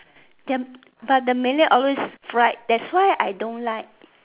but the millet always fried that's why I don't like